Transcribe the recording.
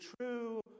true